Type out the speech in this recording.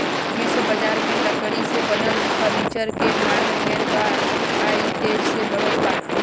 विश्व बजार में लकड़ी से बनल फर्नीचर के मांग ढेर बा आ इ तेजी से बढ़ते बा